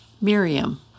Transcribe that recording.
Miriam